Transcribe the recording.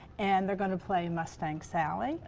and they're going to play mustang sally.